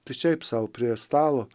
tai šiaip sau prie stalo